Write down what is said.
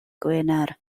gwener